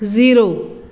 zero